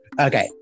okay